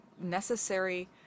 necessary